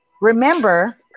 remember